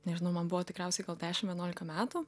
nežinau man buvo tikriausiai gal dešim vienuolika metų